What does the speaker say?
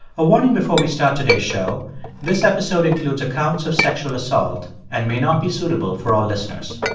a warning before we start today's show this episode includes accounts of sexual assault and may not be suitable for all listeners.